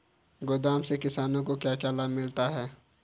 गोदाम से किसानों को क्या क्या लाभ मिलता है?